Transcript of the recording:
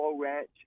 ranch